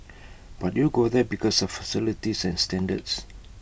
but you go there because of facilities and standards